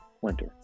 winter